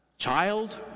child